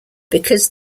because